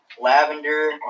lavender